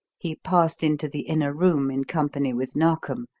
he passed into the inner room in company with narkom,